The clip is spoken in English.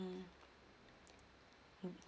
mmhmm mm